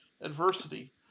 adversity